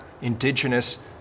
Indigenous